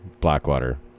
Blackwater